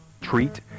treat